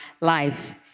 life